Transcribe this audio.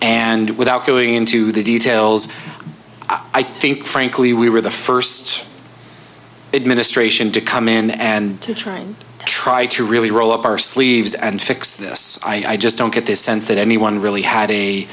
and without going into the details i think frankly we were the first administration to come in and to try and try to really roll up our sleeves and fix this i just don't get the sense that anyone really had a